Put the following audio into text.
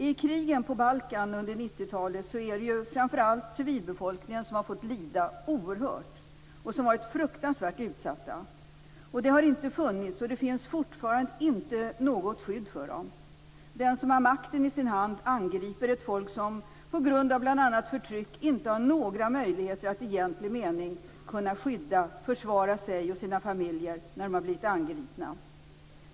I krigen på Balkan under 90-talet är det ju framför allt civilbefolkningen som har fått lida oerhört och som har varit fruktansvärt utsatt. Det har inte funnits, och det finns fortfarande inte, något skydd för civilbefolkningen. Den som har makten i sin hand angriper ett folk som på grund av bl.a. förtryck inte har några möjligheter att i egentlig mening skydda eller försvara sig och sina familjer när de har blivit angripna.